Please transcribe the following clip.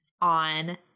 on